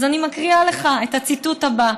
אז אני מקריאה לך את הציטוט הזה: